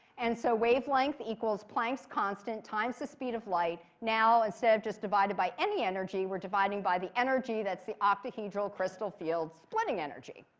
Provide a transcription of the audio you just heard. and so wavelength equals planck's constant times the speed of light. now, instead of just divided by any energy, we're dividing by the energy that's the octahedral crystal field splitting energy.